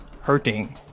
hurting